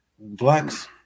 blacks